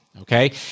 okay